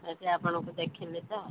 ଆଜି ଆପଣଙ୍କୁ ଦେଖିଲି ତ